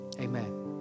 Amen